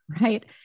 right